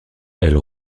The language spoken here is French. elle